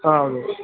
ಹಾಂ ಹೌದು